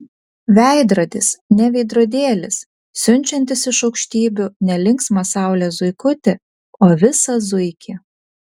veidrodis ne veidrodėlis siunčiantis iš aukštybių ne linksmą saulės zuikutį o visą zuikį